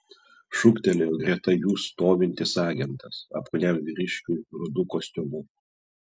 šūktelėjo greta jų stovintis agentas apkūniam vyriškiui rudu kostiumu